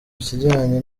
kijyanye